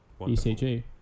ECG